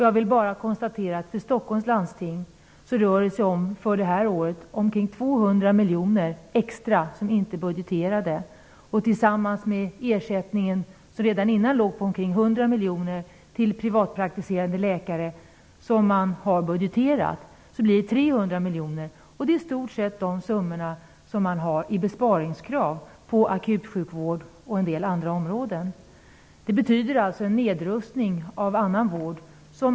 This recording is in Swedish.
Jag vill bara konstatera att det för Stockholms läns landsting för detta år rör sig om omkring 200 miljoner extra, som inte är budgeterade. Tillsammans med ersättningen till privatpraktiserande läkare som redan innan låg på 100 miljoner, som man har budgeterat, blir det 300 miljoner. Det är i stort sett de summor som besparingskravet för akutsjukvård och en del andra områden uppgår till. Det innebär alltså en nedrustning av annan vård.